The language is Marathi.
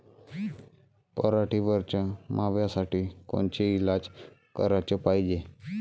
पराटीवरच्या माव्यासाठी कोनचे इलाज कराच पायजे?